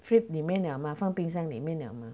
fridge 里面了吗放冰箱里面了吗